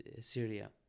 Syria